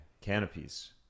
Canopies